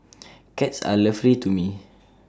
cats are lovely to me